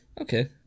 Okay